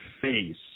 face